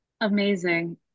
amazing